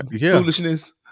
Foolishness